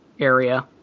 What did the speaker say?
area